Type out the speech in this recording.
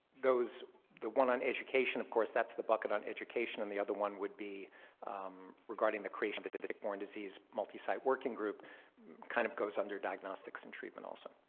those. the one on education, of course, that's the bucket on education and the other one would be regarding the creation but of the tick-borne disease multi-site working group kind of goes under diagnostics and treatment, also.